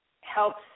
helps